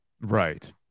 Right